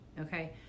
okay